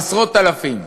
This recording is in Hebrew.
עשרות אלפים.